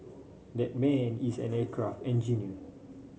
that man is an aircraft engineer